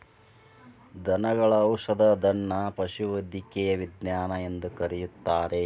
ದನಗಳ ಔಷಧದನ್ನಾ ಪಶುವೈದ್ಯಕೇಯ ವಿಜ್ಞಾನ ಎಂದು ಕರೆಯುತ್ತಾರೆ